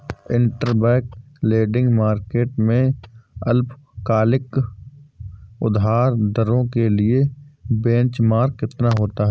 Interbank lending market में अल्पकालिक उधार दरों के लिए बेंचमार्क कितना होता है?